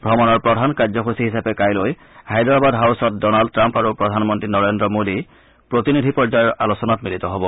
ত্ৰমণৰ প্ৰধান কাৰ্যসূচী হিচাপে কাইলৈ হায়দৰাবাদ হাউছত ডনাল্ড টাম্প আৰু প্ৰধানমন্নী নৰেন্দ্ৰ মোদী প্ৰতিনিধি পৰ্যায়ৰ আলোচনাত মিলিত হব